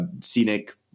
scenic